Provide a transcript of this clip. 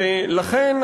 ולכן,